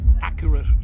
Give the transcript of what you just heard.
Accurate